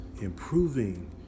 improving